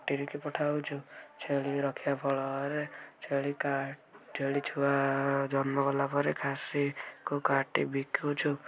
ଫ୍ୟାକ୍ଟିରିକୁ ପଠାଉଛୁ ଛେଳି ରଖିବା ଫଳରେ ଛେଳି କାଅ ଛେଳି ଛୁଆ ଜନ୍ମ କଲା ପରେ ଖାସିକୁ କାଟି ବିକୁଛୁ